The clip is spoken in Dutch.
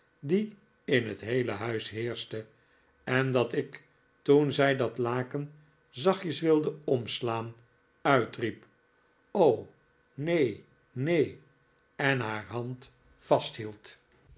die in het heele huis heerschte en dat ik toen zij dat laken zachtjes wilde omslaan uitriep neen neen en haar hand vasthield